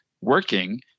working